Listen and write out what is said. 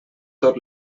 tot